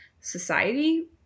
society